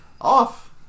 off